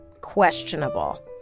questionable